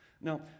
Now